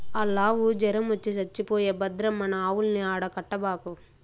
ఆల్లావు జొరమొచ్చి చచ్చిపోయే భద్రం మన ఆవుల్ని ఆడ కట్టబాకు